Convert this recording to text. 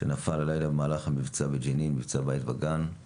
שנפל הלילה במהלך מבצע "בית וגן" בג'נין.